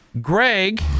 Greg